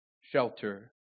shelter